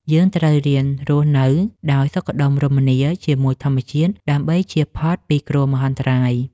យើងត្រូវរៀនរស់នៅដោយសុខដុមរមនាជាមួយធម្មជាតិដើម្បីជៀសផុតពីគ្រោះមហន្តរាយ។